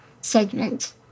segment